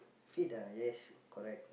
fit ah yes correct